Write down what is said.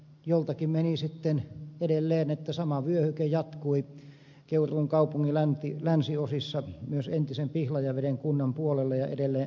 joltakin menee sitten edelleen että sama vyöhyke jatkui keuruun kaupungin länsiosissa myös entisen pihlajaveden kunnan puolelle ja edelleen ähtärinkin puolelle